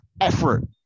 Effort